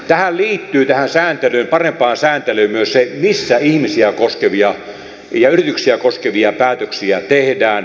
tähän liittyy tähän sääntelyyn parempaan sääntelyyn myös se missä ihmisiä koskevia ja yrityksiä koskevia päätöksiä tehdään